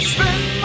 Spend